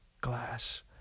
glass